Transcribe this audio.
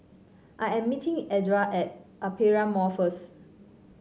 I am meeting Edra at Aperia Mall first